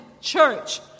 church